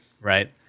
Right